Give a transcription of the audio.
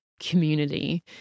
community